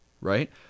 right